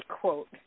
quote